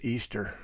Easter